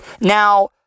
Now